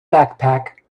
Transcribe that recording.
backpack